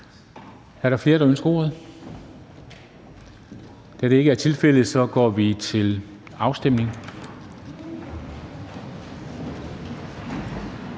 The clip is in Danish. Er der nogen, der ønsker at udtale sig? Da det ikke er tilfældet, går vi til afstemning.